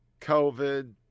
COVID